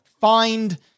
find